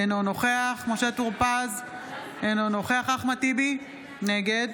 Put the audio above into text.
אינו נוכח משה טור פז, אינו נוכח אחמד טיבי, נגד